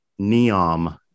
Neom